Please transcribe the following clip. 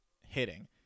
hitting